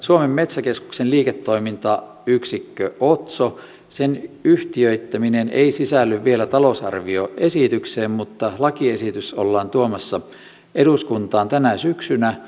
suomen metsäkeskuksen liiketoimintayksikkö otson yhtiöittäminen ei sisälly vielä talousarvioesitykseen mutta lakiesitys ollaan tuomassa eduskuntaan tänä syksynä